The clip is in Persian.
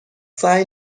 سعی